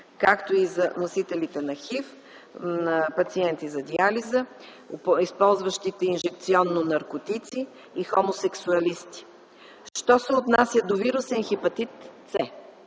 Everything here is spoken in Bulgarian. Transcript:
както и за носителите на ХИВ, за пациенти на диализа, използващите инжекционно наркотици и хомосексуалисти. Що се отнася до вирусен хепатит